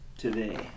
today